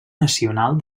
nacional